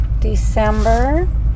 december